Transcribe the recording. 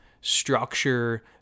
structure